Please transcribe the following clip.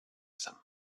some